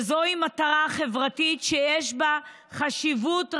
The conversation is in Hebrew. זוהי מטרה חברתית שיש בה חשיבות רבה.